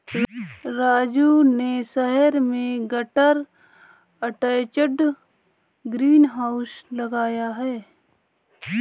राजू ने शहर में गटर अटैच्ड ग्रीन हाउस लगाया है